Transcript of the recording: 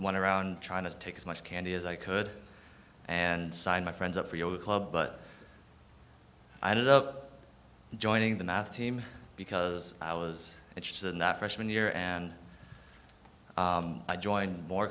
want to round trying to take as much candy as i could and sign my friends up for your club but i did up joining the math team because i was interested in that freshman year and i joined more